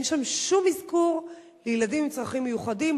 אין שם שום אזכור של ילדים עם צרכים מיוחדים,